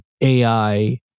AI